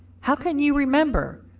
how can you remember?